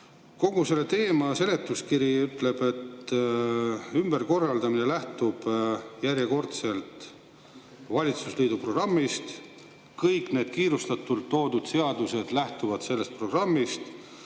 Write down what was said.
Kogu selle teema seletuskiri ütleb, et ümberkorraldamine lähtub järjekordselt valitsusliidu programmist. Kõik need kiirustades siia toodud seadused lähtuvad sellest programmist.